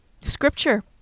scripture